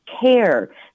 care